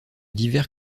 divers